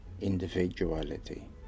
individuality